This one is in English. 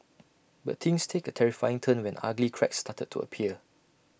but things take A terrifying turn when ugly cracks started to appear